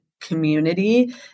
community